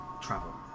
travel